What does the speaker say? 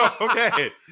Okay